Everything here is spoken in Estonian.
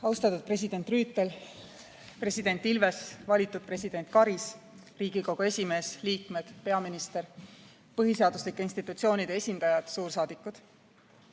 Austatud president Rüütel, president Ilves, valitud president Karis, Riigikogu esimees, [Riigikogu] liikmed, peaminister, põhiseaduslike institutsioonide esindajad, suursaadikud!